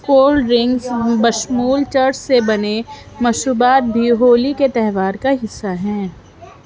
cold drinks بشمول چرس سے بنے مشروبات بھی ہولی کے تہوار کا حصہ ہیں